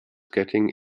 getting